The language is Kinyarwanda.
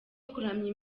kuramya